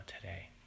today